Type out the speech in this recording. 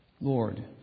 Lord